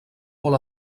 molt